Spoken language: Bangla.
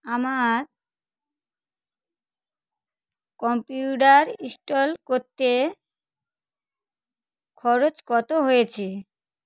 আমার কম্পিউটার ইনস্টল করতে খরচ কত হয়েছে